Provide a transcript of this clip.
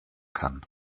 kann